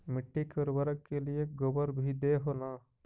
मिट्टी के उर्बरक के लिये गोबर भी दे हो न?